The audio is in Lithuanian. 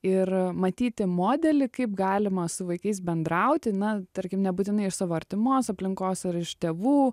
ir matyti modelį kaip galima su vaikais bendrauti na tarkim nebūtinai iš savo artimos aplinkos ar iš tėvų